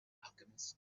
alchemist